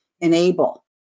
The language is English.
enable